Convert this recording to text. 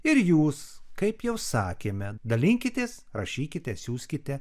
ir jūs kaip jau sakėme dalinkitės rašykite siųskite